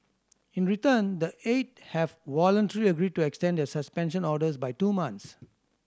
in return the eight have voluntarily agreed to extend their suspension orders by two month